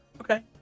Okay